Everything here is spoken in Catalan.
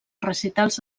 recitals